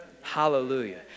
Hallelujah